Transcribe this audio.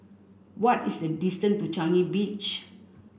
what is the distance to Changi Beach